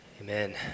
Amen